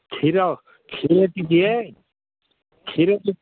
କ୍ଷୀର କ୍ଷୀର ଯିଏ ଦିଏ କ୍ଷୀରଟି